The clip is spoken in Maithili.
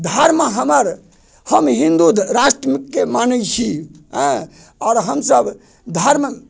धर्म हमर हम हिन्दू राष्ट्रके माने छी एँ आओर हम सभ धर्म